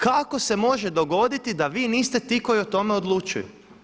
Kako se može dogoditi da vi niste ti koji o tome odlučuju?